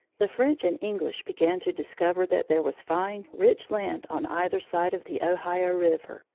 the french and english began to discover that there was fine, rich land on either side of the ohio river,